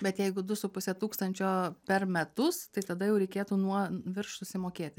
bet jeigu du su puse tūkstančio per metus tai tada jau reikėtų nuo virš susimokėti